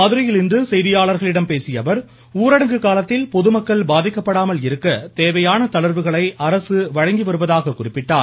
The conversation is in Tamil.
மதுரையில் இன்று செய்தியாளர்களிடம் பேசிய அவர் ஊரடங்கு காலத்தில் பொதுமக்கள் பாதிக்கப்படாமல் இருக்க தேவையான தளர்வுகளை அரசு வழங்கி வருவதாக குறிப்பிட்டார்